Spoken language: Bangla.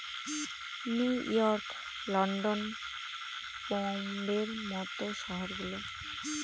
নিউ ইয়র্ক, লন্ডন, বোম্বের মত শহর গুলো